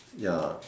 ya